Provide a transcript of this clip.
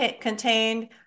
contained